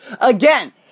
again –